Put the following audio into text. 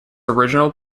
original